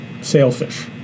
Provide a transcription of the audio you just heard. sailfish